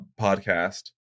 podcast